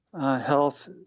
Health